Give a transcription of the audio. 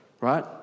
right